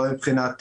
לא מבחינת